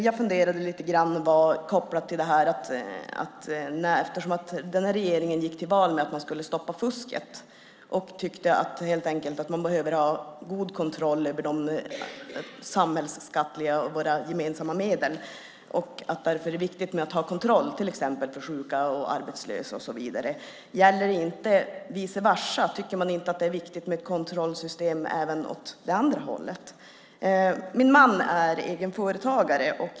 Jag funderade lite grann kopplat till att den här regeringen gick till val på att stoppa fusket och att det ska vara god kontroll över skatter och gemensamma medel i samhället, och därför är det viktigt med kontroll, till exempel av sjuka och arbetslösa. Gäller inte vice versa? Tycker man inte att det är viktigt med kontrollsystem även åt det andra hållet? Min man är egenföretagare.